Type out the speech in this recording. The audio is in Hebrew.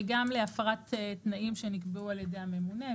וגם להפרת תנאים שנקבעו על ידי הממונה,